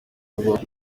bubaho